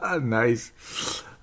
Nice